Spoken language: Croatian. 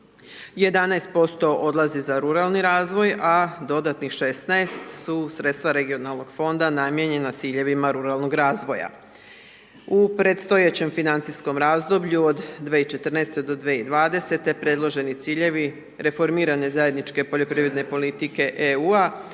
11% odlazi za ruralni razvoj, a dodatnih 16 su sredstva regionalnog fonda namijenjena s ciljevima ruralnog razvoja. U predstojećem financijskom razdoblju od 2014.-te do 2020.-te predloženi ciljevi reformirane zajedničke poljoprivredne politike EU-a